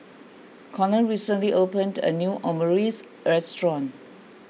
Conor recently opened a new Omurice restaurant